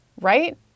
right